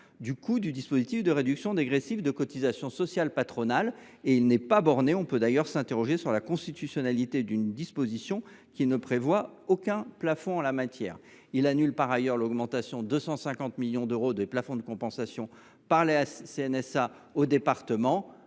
du coût du dispositif de réduction dégressive de cotisations sociales patronales. Et ce dispositif n’est pas borné… On peut d’ailleurs s’interroger sur la constitutionnalité d’une disposition qui ne prévoit aucun plafond en la matière. L’article 10 annule par ailleurs l’augmentation de 250 millions d’euros des plafonds de compensation par la Caisse nationale